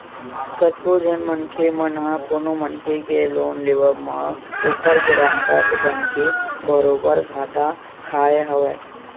कतको झन मनखे मन ह कोनो मनखे के लोन लेवब म ओखर गारंटर बनके बरोबर घाटा खाय हवय